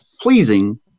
pleasing